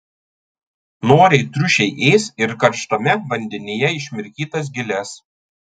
noriai triušiai ės ir karštame vandenyje išmirkytas giles